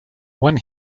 one